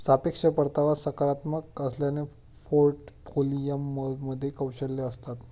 सापेक्ष परतावा सकारात्मक असल्याने पोर्टफोलिओमध्ये कौशल्ये असतात